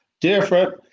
different